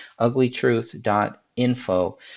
uglytruth.info